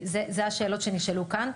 אלה השאלות שנשאלו כאן.